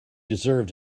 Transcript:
deserved